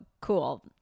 cool